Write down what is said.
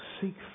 seek